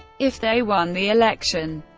if they won the election.